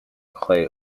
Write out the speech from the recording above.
clay